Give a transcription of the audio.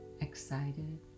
excited